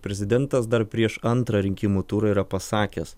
prezidentas dar prieš antrą rinkimų turą yra pasakęs